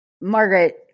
Margaret